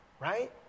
right